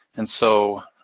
and so,